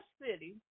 city